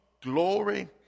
glory